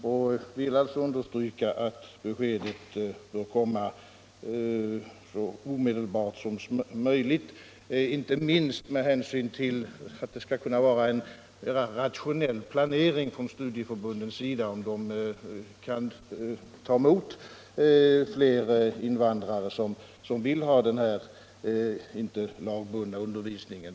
Jag vill alltså understryka att beskedet bör komma så snabbt som möjligt, helst ome av äkta makar som arbetar i eget jordbruk delbart. Detta är viktigt, inte minst för att studieförbunden skall kunna göra en rationell planering och avgöra om de kan ta emot fler invandrare som vill ha den här inte lagbundna undervisningen.